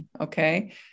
okay